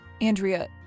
Andrea